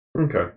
Okay